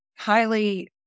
highly